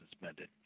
suspended